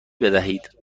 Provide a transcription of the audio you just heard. بدهید